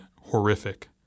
horrific